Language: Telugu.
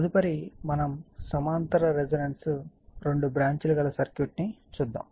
తదుపరి సమాంతర రెసోనెన్స్ రెండు బ్రాంచ్ లు గల సర్క్యూట్ ని చూద్దాము